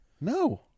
No